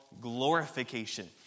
glorification